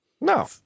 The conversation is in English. no